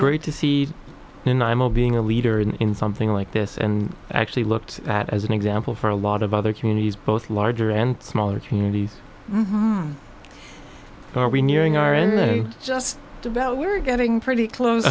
great to see and imo being a leader in something like this and actually looked at as an example for a lot of other communities both larger and smaller communities are we nearing are they just about we're getting pretty close